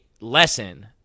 lesson